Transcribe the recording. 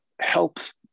helps